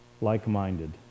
like-minded